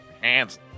hands